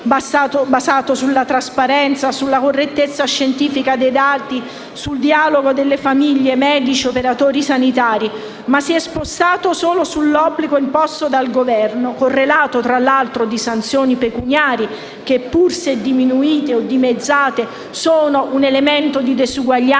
basato sulla trasparenza, sulla correttezza scientifica dei dati, sul dialogo tra famiglie, medici e operatori sanitari, ma si è spostato solo sull'obbligo imposto dal Governo, correlato tra l'altro di sanzioni pecuniarie che, pur se diminuite o dimezzate, sono un elemento di diseguaglianza